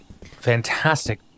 Fantastic